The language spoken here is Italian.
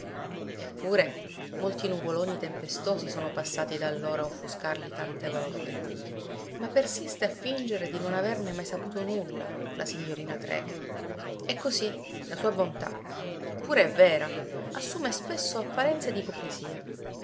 eppure molti nuvoloni tempestosi sono passati da allora a offuscarli tante volte ma persiste a fingere di non averne mai saputo nulla la signorina trecke e così la sua bontà che pure è vera assume spesso apparenze